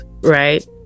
right